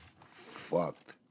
fucked